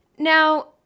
now